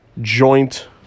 joint